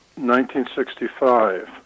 1965